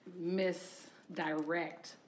misdirect